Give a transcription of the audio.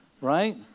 right